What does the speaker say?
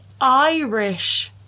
Irish